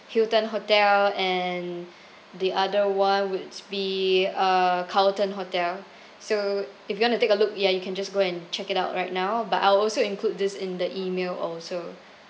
hilton hotel and the other one would be uh carlton hotel so if you wanna take a look ya you can just go and check it out right now but I'll also include this in the email also